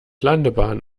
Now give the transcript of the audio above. landebahn